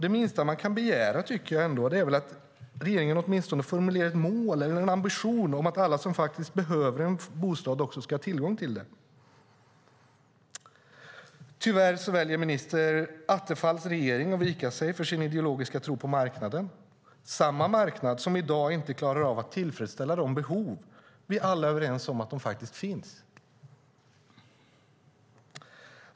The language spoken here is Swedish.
Det minsta man kan begära är att regeringen åtminstone formulerar ett mål eller en ambition om att alla som behöver en bostad ska ha tillgång till det. Tyvärr väljer minister Attefall och hans regering att vika sig för sin ideologiska tro på marknaden, samma marknad som i dag inte klarar av att tillfredsställa de behov vi alla är överens om finns.